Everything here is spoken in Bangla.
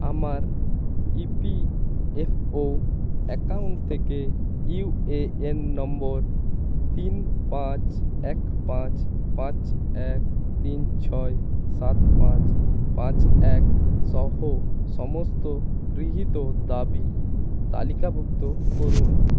আমার ইপিএফও অ্যাকাউন্ট থেকে ইউএএন নম্বর তিন পাঁচ এক পাঁচ পাঁচ এক তিন ছয় সাত পাঁচ পাঁচ এক সহ সমস্ত গৃহীত দাবি তালিকাভুক্ত করুন